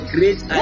Great